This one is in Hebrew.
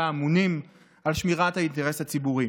הממונים על שמירת האינטרס הציבורי.